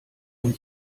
und